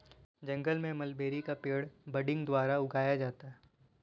जंगल में मलबेरी का पेड़ बडिंग द्वारा उगाया गया है